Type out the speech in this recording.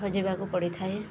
ହଜିବାକୁ ପଡ଼ିଥାଏ